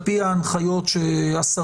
על פי ההנחיות של השרים,